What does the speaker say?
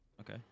Okay